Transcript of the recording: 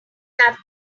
have